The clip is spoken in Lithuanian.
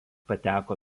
pateko